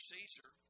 Caesar